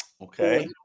okay